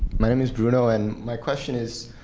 my name is bruno. and my question is,